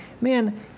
man